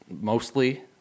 mostly